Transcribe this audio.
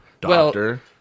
Doctor